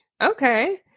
Okay